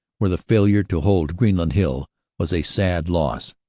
where the failure to hold greenland hill was a sad loss,